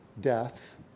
death